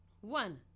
One